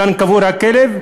כאן קבור הכלב,